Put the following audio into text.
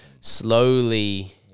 slowly